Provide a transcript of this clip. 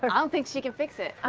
i don't think she can fix it.